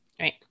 Right